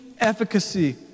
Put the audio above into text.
efficacy